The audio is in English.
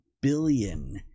billion